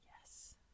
Yes